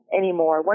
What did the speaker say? anymore